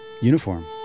uniform